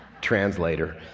translator